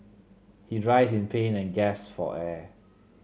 he writhed in pain and gasped for air